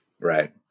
right